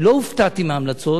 לא הופתעתי מההמלצות.